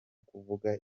kuvuga